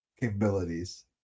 capabilities